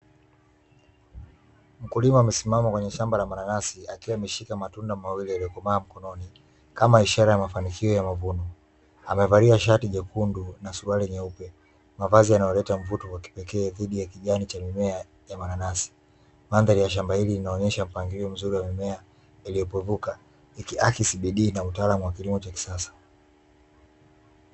Mkulima amesimama kwenye shamba la manansi akiwa ameshika matunda mawili yaliyokomaa mkononi kama ishara ya mafanikio ya mavuno amevalia shati jekundu na suruali nyeupe, mavazi yanayoleta mvuto wa kipekee dhidi ya kijani cha mmea ya manansi mandhari ya shamba hili linaonyesha mpangilio mzuri wa mimea iliyopevuka ikiakisi bidii na utaalamu wa kilimo cha kisasa.